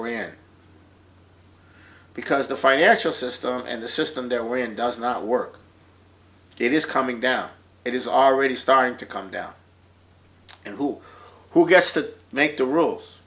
we're in because the financial system and the system there were and does not work it is coming down it is already starting to come down and who who gets to make the rules